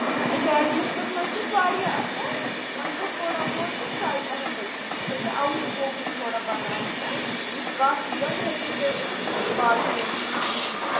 نَہ اٮ۪کیڈمِکسَس منٛز چھُس واریاہ اَصٕل وَۄنۍ گوٚو تھوڑا بہت چھےٚ شَے پَہَم بٔچی سۄ چھےٚ آوُٹ سٕپوکُن تھوڑا بناوٕنۍ نَہ یُتھ کَتھ زَن ہیٚکہِ کٔرِتھ باقٕیَن سۭتۍ تِتھَے